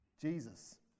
Jesus